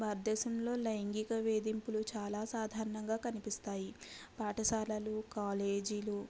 భారతదేశంలో లైంగిక వేధింపులు చాలా సాధారణంగా కనిపిస్తాయి పాఠశాలలు కాలేజీలు